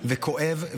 כואב,